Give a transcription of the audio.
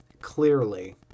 clearly